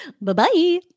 Bye-bye